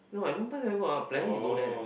no I long time never go ah planning to go there